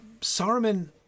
Saruman